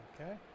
Okay